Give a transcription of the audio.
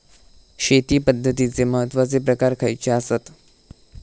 शेती पद्धतीचे महत्वाचे प्रकार खयचे आसत?